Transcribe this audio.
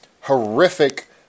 horrific